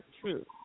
true